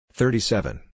thirty-seven